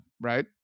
right